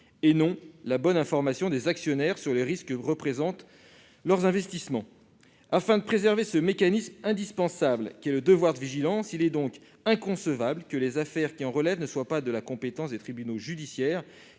la bonne information des actionnaires sur les risques que présentent leurs investissements. Afin de préserver ce mécanisme indispensable qu'est le devoir de vigilance, il est donc inconcevable que les affaires en relevant ne soient pas de la compétence de tribunaux judiciaires.